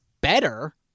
better